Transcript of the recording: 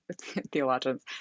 theologians